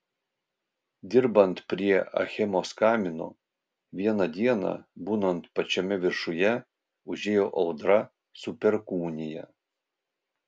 dirbant prie achemos kamino vieną dieną būnant pačiame viršuje užėjo audra su perkūnija